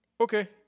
Okay